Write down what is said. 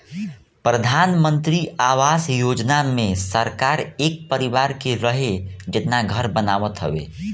प्रधानमंत्री आवास योजना मे सरकार एक परिवार के रहे जेतना घर बनावत हवे